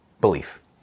belief